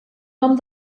nom